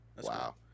wow